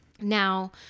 now